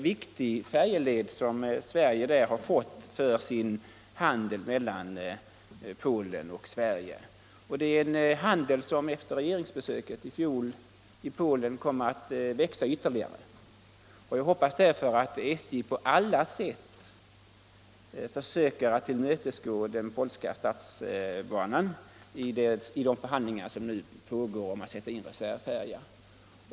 Denna färjeled är utomordentligt viktig för handeln mellan Polen och Sverige, en handel som efter regeringsbesöket i Polen förra året kom att växa ytterligare. Jag hoppas därför att SJ på alla sätt försöker att tillmötesgå den polska statsbanan i de förhandlingar som nu pågår och att man sätter in en reservfärja.